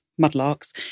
mudlarks